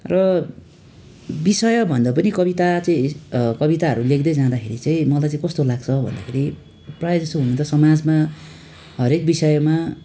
र विषय भन्दा पनि कविता चाहिँ कविताहरू लेख्दै जाँदाखेरि चाहिँ मलाई चाहिँ कस्तो लाग्छ भन्दाखेरि प्रायः जसो हुन त समाजमा हरेक विषयमा